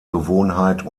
gewohnheit